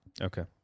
Okay